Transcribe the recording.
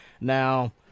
Now